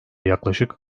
yaklaşık